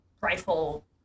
rifle